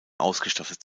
ausgestattet